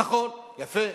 נכון, יפה.